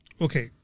Okay